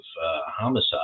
homicide